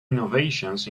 innovations